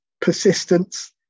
persistence